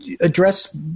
address